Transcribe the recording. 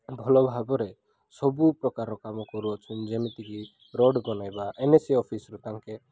ଭଲ ଭାବରେ ସବୁ ପ୍ରକାର କାମ କରୁଅଛନ୍ତି ଯେମିତିକି ରୋଡ଼ ବନାଇବା ଏମ ଏ ସି ଅଫିସ୍ରୁ ତାଙ୍କେ